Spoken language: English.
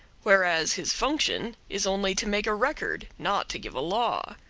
whereas his function is only to make a record, not to give a law.